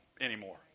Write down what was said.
anymore